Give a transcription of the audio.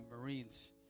marines